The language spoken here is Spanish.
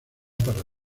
para